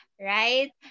Right